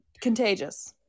contagious